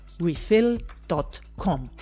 refill.com